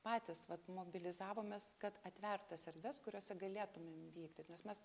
patys vat mobilizavomės kad atvert tas erdves kuriose galėtum vykdyt nes mes